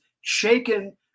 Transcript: shaken